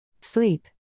Sleep